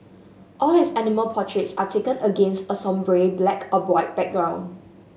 all his animal portraits are taken against a sombre black or white background